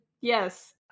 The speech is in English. Yes